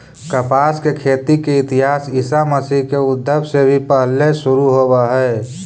कपास के खेती के इतिहास ईसा मसीह के उद्भव से भी पहिले शुरू होवऽ हई